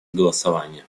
голосования